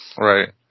right